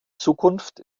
zukunft